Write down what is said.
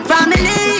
Family